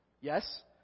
Yes